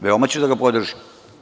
Veoma ću da ga podržim.